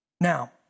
Now